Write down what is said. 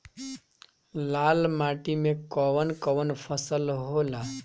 लाल माटी मे कवन कवन फसल होला?